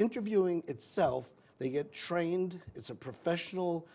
interviewing itself they get trained it's a professional